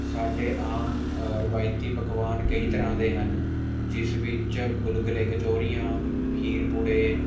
ਸਾਡੇ ਆਮ ਰਵਾਇਤੀ ਪਕਵਾਨ ਕਈ ਤਰ੍ਹਾਂ ਦੇ ਹਨ ਜਿਸ ਵਿੱਚ ਗੁਲਗੁਲੇ ਕਚੋਰੀਆਂ ਖੀਰ ਪੂੜੇ